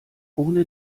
ohne